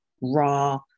raw